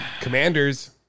Commanders